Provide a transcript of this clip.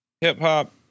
hip-hop